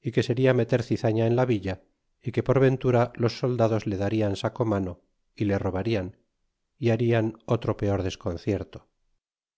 y que seria meter zizaña en la villa e que por ventura los soldados le darian sacomano é le robarian é harian otro peor desconcierto